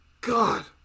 God